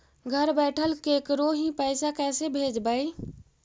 घर बैठल केकरो ही पैसा कैसे भेजबइ?